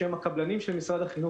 שהם הקבלנים של משרד החינוך,